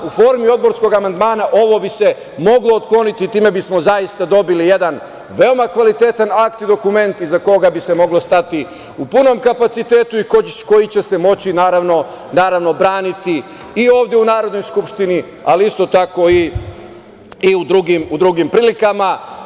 U formi odborskog amandmana ovo bi se moglo otkloniti i time bismo zaista dobili jedan veoma kvalitetan akt i dokument iza koga bi se moglo stati u punom kapacitetu i koji će se moći naravno braniti i ovde u Narodnoj skupštini, ali isto tako i u drugim prilikama.